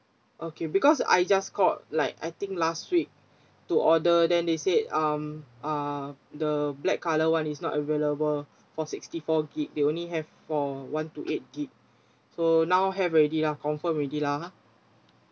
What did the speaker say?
okay because I just called like I think last week to order then they say um uh the black colour one is not available for sixty four gigabytes they only have for one two eight gigabytes so now have already lah confirm already lah !huh!